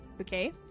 Okay